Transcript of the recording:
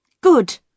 Good